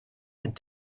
had